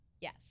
yes